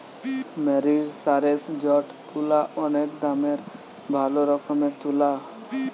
মেরিসারেসজড তুলা অনেক দামের ভালো রকমের তুলা